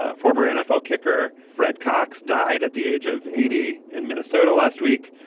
ah former nfl kicker fred cox died at the age of eighty in minnesota last week.